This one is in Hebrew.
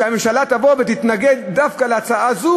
שהממשלה תבוא ותתנגד דווקא להצעה זו,